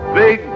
big